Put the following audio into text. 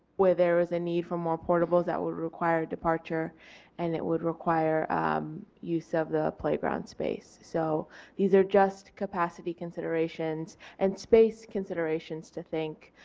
where there was a need for more portables that would require departure and it would require use of the playground space. so these are just capacity considerations and space considerations to think,